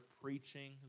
preaching